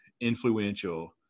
influential